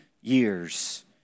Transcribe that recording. years